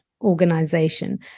organization